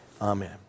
amen